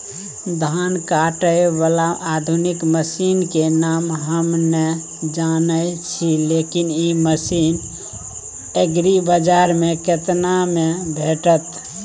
धान काटय बाला आधुनिक मसीन के नाम हम नय जानय छी, लेकिन इ मसीन एग्रीबाजार में केतना में भेटत?